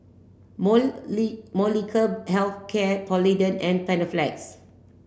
Molnylcke health care Polident and Panaflex